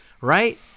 right